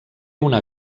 una